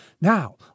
Now